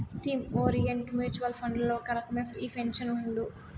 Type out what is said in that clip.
theme orient mutual ఫండ్లల్ల ఒక రకమే ఈ పెన్సన్ ఫండు